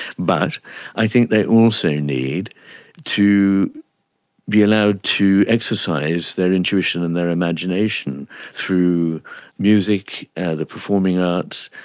but i think they also need to be allowed to exercise their intuition and their imagination through music and the performing arts.